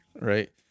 right